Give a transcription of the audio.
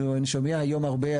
אני שומע היום הרבה,